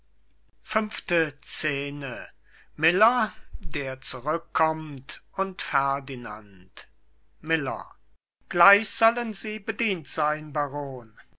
fünfte scene miller der zurückkommt und ferdinand miller gleich sollen sie bedient sein baron